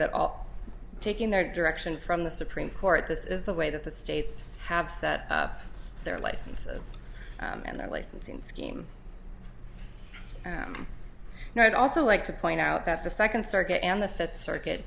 that all taking their direction from the supreme court this is the way that the states have set up their license of and their licensing scheme and i'd also like to point out that the second circuit and the fifth circuit